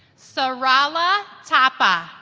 sarala thapa